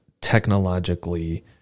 technologically